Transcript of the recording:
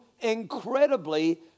incredibly